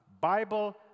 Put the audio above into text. Bible